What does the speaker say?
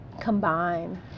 combine